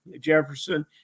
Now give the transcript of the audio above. Jefferson